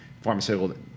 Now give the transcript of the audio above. pharmaceutical